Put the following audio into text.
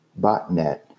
botnet